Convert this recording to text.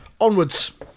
Onwards